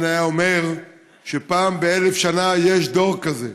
היה אומר שפעם באלף שנה יש דור כזה.